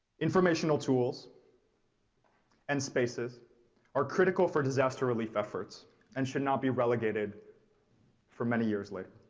informational tools and spaces are critical for disaster relief efforts and should not be relegated for many years later.